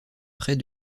près